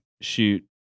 shoot